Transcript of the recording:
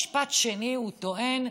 כל משפט שני הוא טוען: